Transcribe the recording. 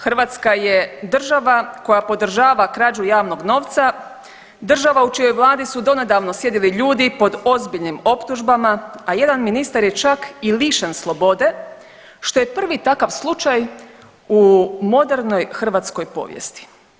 Hrvatska je država koja podržava krađu javnog novca, država u čijoj vladi su donedavno sjedili ljudi pod ozbiljnim optužbama, a jedan ministar je čak i lišen slobode, što je prvi takav slučaj u modernoj hrvatskoj povijesti.